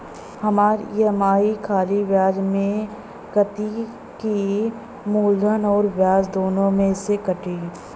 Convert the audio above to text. हमार ई.एम.आई खाली ब्याज में कती की मूलधन अउर ब्याज दोनों में से कटी?